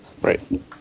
Right